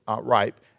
ripe